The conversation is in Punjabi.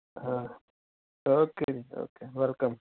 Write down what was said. ਹਾਂ ਓਕੇ ਜੀ ਓਕੇ ਵੈਲਕਮ